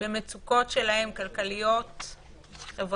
במצוקות שלהן, הכלכליות-חברתיות,